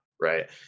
right